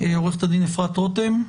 עורכת הדין אפרת רותם,